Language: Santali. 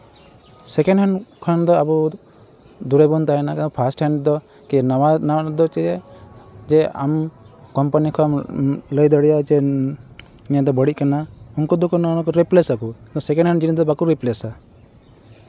ᱥᱮᱠᱮᱱᱰ ᱦᱮᱱᱰ ᱠᱷᱚᱱ ᱫᱚ ᱟᱵᱚ ᱯᱷᱟᱥᱴ ᱦᱮᱱᱰ ᱫᱚ ᱱᱟᱣᱟ ᱱᱟᱣᱟ ᱨᱮᱫᱚ ᱪᱮᱫ ᱡᱮ ᱟᱢ ᱠᱚᱢᱯᱟᱱᱤ ᱠᱷᱚᱡ ᱞᱟᱹᱭ ᱫᱟᱲᱮᱭᱟᱜ ᱟᱢ ᱡᱮ ᱱᱤᱭᱟᱹ ᱫᱚ ᱵᱟᱹᱲᱤᱡ ᱠᱟᱱᱟ ᱩᱱᱠᱩ ᱫᱚ ᱚᱱᱟᱠᱚ ᱨᱤᱯᱞᱮᱥ ᱟᱠᱚ ᱥᱮᱠᱮᱱᱰ ᱦᱮᱱᱰ ᱡᱤᱱᱤᱥᱫᱚ ᱵᱟᱠᱚ ᱨᱤᱯᱞᱮᱥᱼᱟ